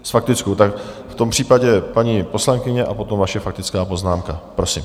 S faktickou, tak v tom případě paní poslankyně a potom vaše faktická poznámka, prosím.